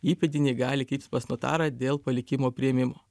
įpėdiniai gali kreiptis pas notarą dėl palikimo priėmimo